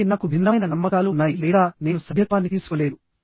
వీటికి నాకు భిన్నమైన నమ్మకాలు ఉన్నాయి లేదా నేను సభ్యత్వాన్ని తీసుకోలేదు